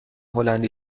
هلندی